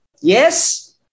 yes